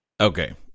Okay